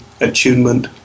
attunement